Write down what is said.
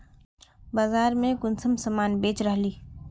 बाजार में कुंसम सामान बेच रहली?